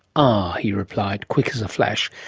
ah he replied, quick as a flash,